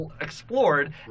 explored